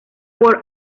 por